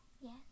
Yes